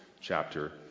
chapter